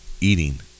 eating